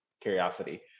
curiosity